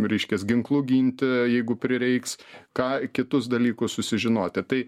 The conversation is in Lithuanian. reiškias ginklu ginti jeigu prireiks ką kitus dalykus susižinoti tai